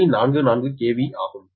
44 KV ஆகும்